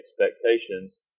expectations